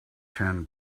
ten